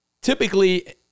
typically